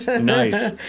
Nice